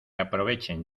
aprovechen